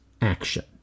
action